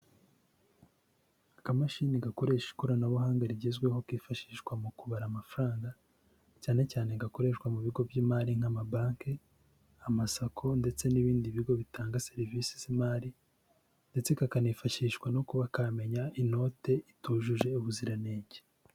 Akamashini gakoresha ikoranabuhanga rigezweho kifashishwa mu kubara amafaranga, cyane cyane gakoreshwa mu bigo by'imari nk'amabanki, amasako ndetse n'ibindi bigo bitanga serivisi z'imari ndetse kakanifashishwa no kuba kamenya inote itujuje ubuziranenge.